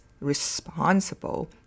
responsible